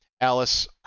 Alice